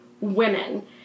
women